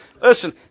Listen